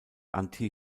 anti